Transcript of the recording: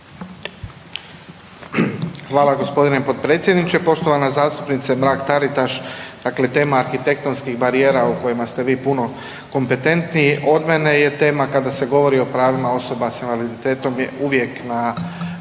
Hvala gospodine potpredsjedniče. Poštovana zastupnice Mrak Taritaš, dakle tema arhitektonskih barijera o kojima ste vi puno kompetentniji od mene je tema kada se govori o pravima osoba s invaliditetom je uvijek na